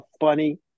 funny